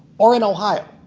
or in ohio.